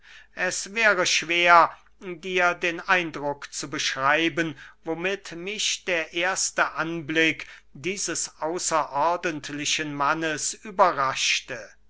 es wäre schwer dir den eindruck zu beschreiben womit mich der erste anblick dieses außerordentlichen mannes überraschte